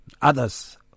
Others